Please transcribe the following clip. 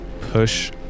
push